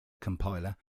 compiler